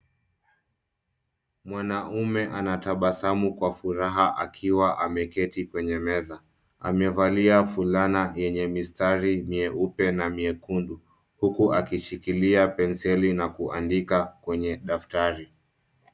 Mwanaume anatabasamu kwa furaha akiwa ameketi kwenye meza. Amevalia fulana yenye mistari nyeupe na myekundu huku akishikilia penseli na kuandika kwenye daftari.